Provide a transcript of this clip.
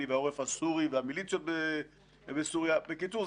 והעורף הסורי והמיליציות בסוריה בקיצור,